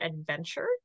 adventure